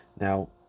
Now